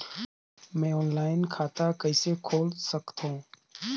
मैं ऑनलाइन खाता कइसे खोल सकथव?